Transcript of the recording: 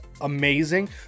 amazing